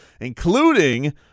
including